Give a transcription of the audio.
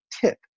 tip